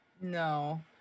No